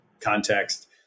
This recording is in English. context